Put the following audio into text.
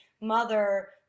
mother